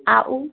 ଆଉ